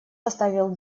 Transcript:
поставил